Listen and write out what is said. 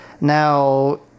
Now